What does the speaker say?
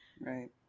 Right